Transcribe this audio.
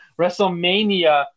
Wrestlemania